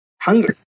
hunger